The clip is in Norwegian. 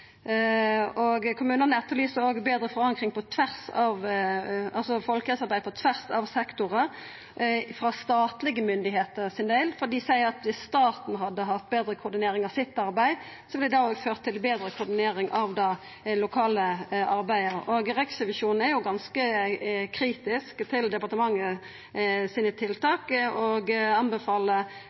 Kommunane etterlyser òg betre forankring av folkehelsearbeidet på tvers av sektorar frå statlege myndigheiter, for dei seier at hadde staten hatt betre koordinering av sitt arbeid, ville det ført til betre koordinering av det lokale arbeidet. Og Riksrevisjonen er jo ganske kritisk til departementet sine tiltak og anbefaler